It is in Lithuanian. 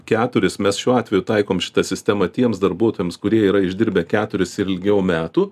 keturis mes šiuo atveju taikom šitą sistemą tiems darbuotojams kurie yra išdirbę keturis ir ilgiau metų